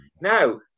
now